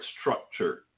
structure